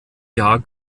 jahr